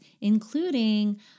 including